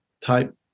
type